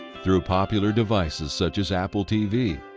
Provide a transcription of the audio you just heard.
through popular devices such as apple tv,